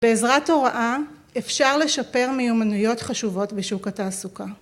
בעזרת הוראה אפשר לשפר מיומנויות חשובות בשוק התעסוקה.